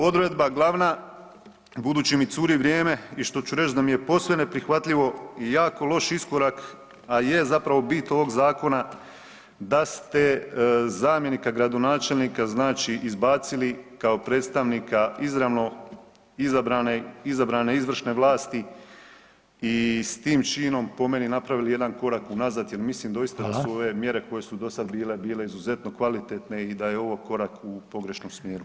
Odredba glavna budući mi curi vrijeme i što ću reć da mi je posve neprihvatljivo i jako loš iskorak, a i je zapravo bit ovog zakona da ste zamjenika gradonačelnika, znači izbacili kao predstavnika izravno izabrane, izabrane izvršne vlasti i s tim činom, po meni, napravili jedan korak unazad jer mislim doista [[Upadica: Hvala]] da su ove mjere koje su dosad bile bile izuzetno kvalitetno i da je ovo korak u pogrešnom smjeru.